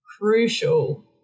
crucial